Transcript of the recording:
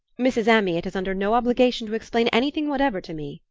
mrs. amyot is under no obligation to explain anything whatever to me,